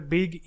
Big